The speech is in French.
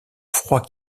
froid